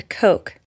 coke